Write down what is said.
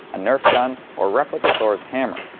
ah nerf gun, or replica thors hammer.